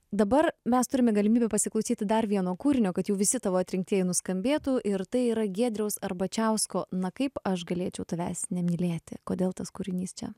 dabar mes turime galimybę pasiklausyti dar vieno kūrinio kad jau visi tavo atrinktieji nuskambėtų ir tai yra giedriaus arbačiausko na kaip aš galėčiau tavęs nemylėti kodėl tas kūrinys čia